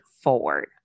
forward